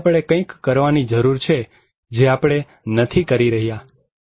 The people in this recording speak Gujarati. તેથી આપણે કંઈક કરવાની જરૂર છે અને આપણે કરી રહ્યા નથી